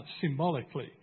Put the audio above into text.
symbolically